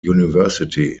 university